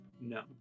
no